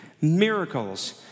miracles